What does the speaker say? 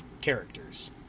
characters